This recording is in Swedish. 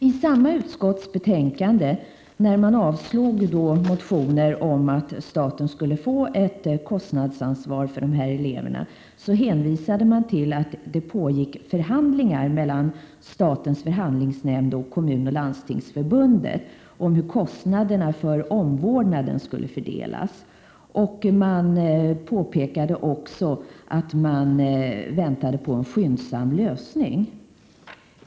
I samma betänkande som utskottet avstyrkte motioner om att staten skulle få ett kostnadsansvar för dessa elever hänvisade man till att det pågick förhandlingar mellan statens förhandlingsnämnd och Kommunoch Landstingsförbunden om hur kostnaderna för omvårdnaden skulle fördelas. Utskottet påpekade också att man förväntade sig en skyndsam lösning.